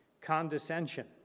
condescension